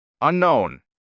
unknown